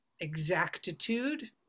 exactitude